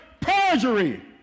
Perjury